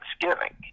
Thanksgiving